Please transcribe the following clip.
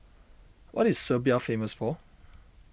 what is Serbia famous for